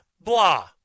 blah